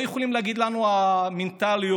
לא יכולים להגיד לנו: המנטליות,